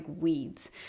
weeds